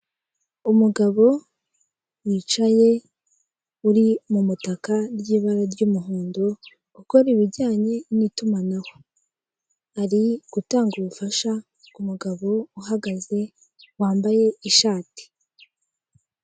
Umugabo wicaye, uri mu mutaka ry'ibara ry'umuhondo, ukora ibijyanye n'itumanaho. Ari gutanga ubufasha ku mugabo uhagaze, wambaye ishati.